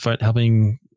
helping